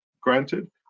Granted